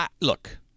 Look